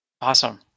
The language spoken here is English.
Awesome